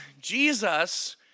Jesus